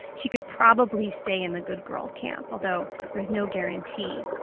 she could probably stay in the good girl camp, although there's no guarantee.